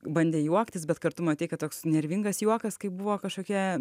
bandė juoktis bet kartu matei kad toks nervingas juokas kai buvo kažkokia